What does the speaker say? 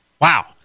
Wow